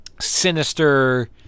sinister